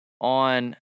On